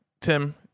tim